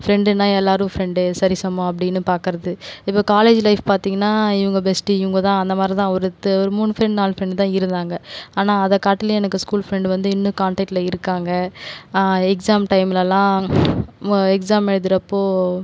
ஃப்ரெண்டுன்னா எல்லோரும் ஃப்ரெண்ட் சரிசமம் அப்படின்னு பார்க்கறது இப்ப காலேஜ் லைஃப் பார்த்திங்கன்னா இவங்க பெஸ்ட் இவங்க தான் அந்தமாதிரி தான் ஒருத்து ஒரு மூணு ஃப்ரெண்ட் நாலு ஃப்ரெண்ட் தான் இருந்தாங்க ஆனால் அதை காட்டிலும் எனக்கு ஸ்கூல் ஃப்ரெண்ட் வந்து இன்னும் காண்டாக்ட்டில் இருக்காங்க எக்ஸாம் டைம்லலாம் எக்ஸாம் எழுதுறப்போது